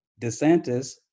DeSantis